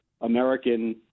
American